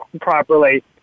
properly